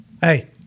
Hey